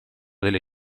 delle